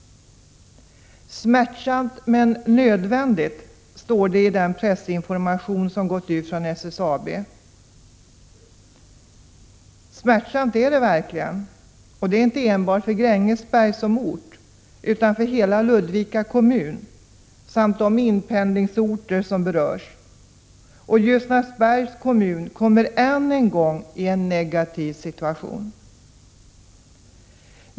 ”Smärtsamt men nödvändigt”, står det i den pressinformation som gått ut från SSAB. Smärtsamt är det verkligen, och det inte enbart för Grängesberg som ort utan för hela Ludvika kommun samt de inpendlingsorter som berörs. Ljusnarsbergs kommun kommer än en gång i en negativ situation.